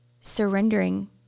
surrendering